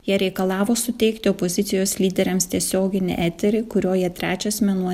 jie reikalavo suteikti opozicijos lyderiams tiesioginį eterį kurio jie trečias mėnuo